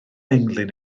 englyn